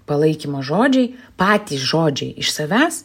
palaikymo žodžiai patys žodžiai iš savęs